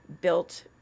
built